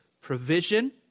provision